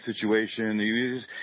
situation